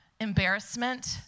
embarrassment